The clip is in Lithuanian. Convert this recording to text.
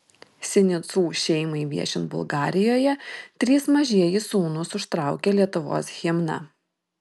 sinicų šeimai viešint bulgarijoje trys mažieji sūnūs užtraukė lietuvos himną